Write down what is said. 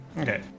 Okay